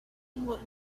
what